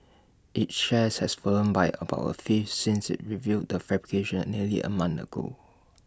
its shares has fallen by about A fifth since IT revealed the fabrication nearly A month ago